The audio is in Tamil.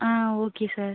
ah okay sir